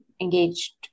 engaged